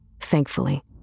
Thankfully